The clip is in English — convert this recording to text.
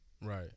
right